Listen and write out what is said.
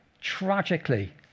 tragically